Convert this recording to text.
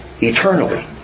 Eternally